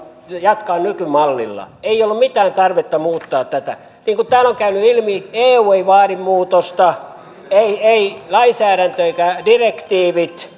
jatkaa nykymallilla ei ollut mitään tarvetta muuttaa tätä niin kuin täällä on käynyt ilmi eu ei vaadi muutosta ei ei lainsäädäntö eivätkä direktiivit